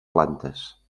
plantes